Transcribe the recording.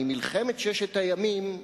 ממלחמת ששת הימים,